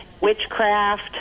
witchcraft